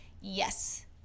yes